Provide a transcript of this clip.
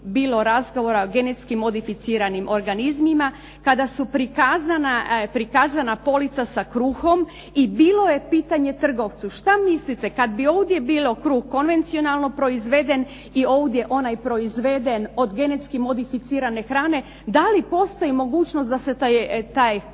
bilo razgovora o genetski modificiranim organizmima kada je prikazana polica sa kruhom i bilo je pitanje trgovcu šta mislite kad bi ovdje bio kruh konvencionalno proizveden i ovdje onaj proizveden od genetski modificirane hrane da li postoji mogućnost da se taj kruh